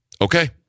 okay